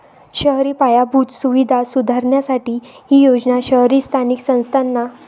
शहरी पायाभूत सुविधा सुधारण्यासाठी ही योजना शहरी स्थानिक संस्थांना संसाधनांची उपलब्धता सुनिश्चित करते